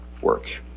work